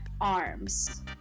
arms